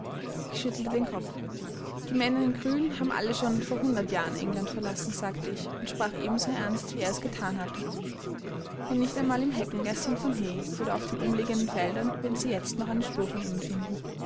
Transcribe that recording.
ich schüttelte den kopf die männer in grün haben alle schon vor hundert jahren england verlassen sagte ich und sprach ebenso ernst wie er es gethan hatte und nicht einmal im heckengäßchen von hay oder auf den umliegenden feldern würden sie jetzt noch eine spur von ihnen finden